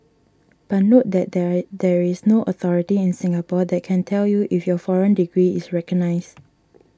but note that there there is no authority in Singapore that can tell you if your foreign degree is recognised